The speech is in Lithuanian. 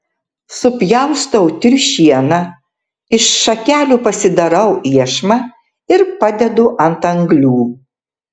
supjaustau triušieną iš šakelių pasidarau iešmą ir padedu ant anglių